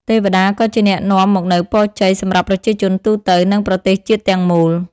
ទេវតាក៏ជាអ្នកនាំមកនូវពរជ័យសម្រាប់ប្រជាជនទូទៅ និងប្រទេសជាតិទាំងមូល។